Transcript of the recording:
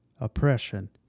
oppression